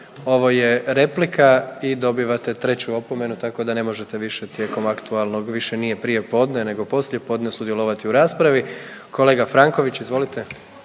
…ovo je replika i dobivate treću opomenu, tako da ne možete više tijekom aktualnog, više nije prijepodne nego poslijepodne sudjelovati u raspravi. Kolega Franković, izvolite.